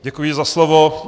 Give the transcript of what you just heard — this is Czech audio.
Děkuji za slovo.